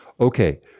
okay